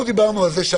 כל